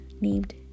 named